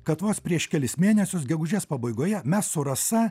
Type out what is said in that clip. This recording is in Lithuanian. kad vos prieš kelis mėnesius gegužės pabaigoje mes su rasa